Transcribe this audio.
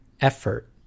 effort